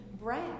bread